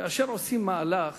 כאשר עושים מהלך